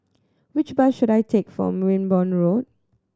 which bus should I take for Wimborne Road